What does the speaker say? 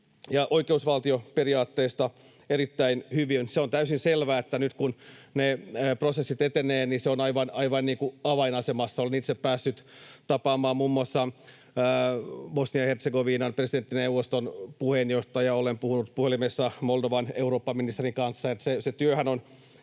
oikeusvaltioperiaatteesta erittäin hyvin. Se on täysin selvää, että nyt kun ne prosessit etenevät, niin se on aivan avainasemassa. Olen itse päässyt tapaamaan muun muassa Bosnia-Hertsegovinan presidenttineuvoston puheenjohtajaa, olen puhunut puhelimessa Moldovan eurooppaministerin kanssa,